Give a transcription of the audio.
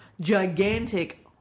gigantic